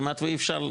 כמעט אי אפשר.